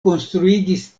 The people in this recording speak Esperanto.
konstruigis